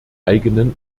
eigenen